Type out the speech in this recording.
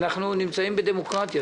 אנחנו נמצאים בדמוקרטיה.